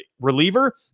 reliever